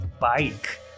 bike